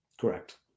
Correct